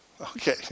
Okay